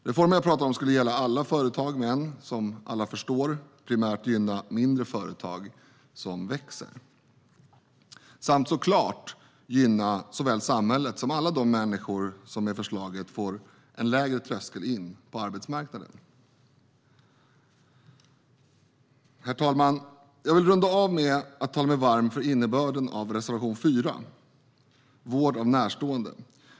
Reformen skulle gälla alla företag men, som alla förstår, primärt gynna mindre företag som växer samt såklart gynna såväl samhället som alla de människor som med förslaget får en lägre tröskel in på arbetsmarknaden. Herr talman! Jag vill runda av med att tala mig varm för innebörden av reservation 4, vård av närstående.